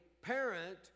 parent